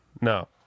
No